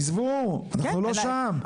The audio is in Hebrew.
עזבו, אנחנו לא שם.